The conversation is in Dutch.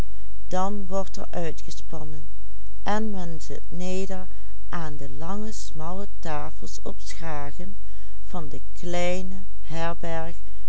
zit neder aan de lange smalle tafels op schragen van de kleine herberg